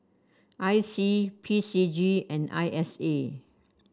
I C P C G and I S A